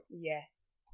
Yes